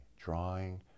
drawing